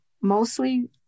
mostly